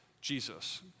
Jesus